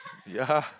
ya